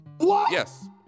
yes